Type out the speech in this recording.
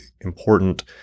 important